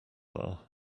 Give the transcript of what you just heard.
are